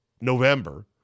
November